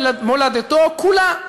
מולדתו כולה,